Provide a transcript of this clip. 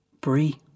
Brie